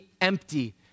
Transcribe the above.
empty